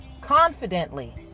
confidently